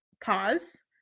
pause